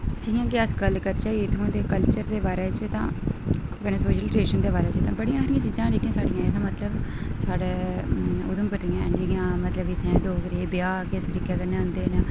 जि'यां के अस गल्ल करचै इत्थूं दे कल्चर दे बारे च तां अपने ट्रैडिशन दे बारे च तां बड़ियां सारियां चीजां न जेह्कियां साढ़ियां इत्थै मतलब साढ़े उधमपुर दियां न जि'यां मतलब इत्थै डोगरी ब्याह् किस तरीके कन्नै होंदे न